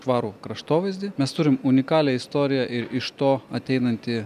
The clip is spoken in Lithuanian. švarų kraštovaizdį mes turim unikalią istoriją ir iš to ateinantį